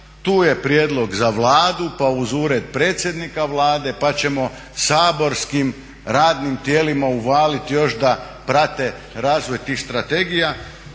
Tu je prijedlog za Vladu, pa uz ured predsjednika Vlade, pa ćemo saborskim radnim tijelima uvaliti još da prate razvoj tih strategija